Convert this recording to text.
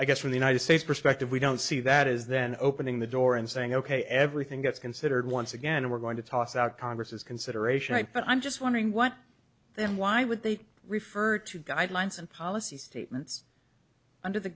i guess from the united states perspective we don't see that is then opening the door and saying ok everything gets considered once again we're going to toss out congress's consideration but i'm just wondering what then why would they refer to guidelines and policy statements under the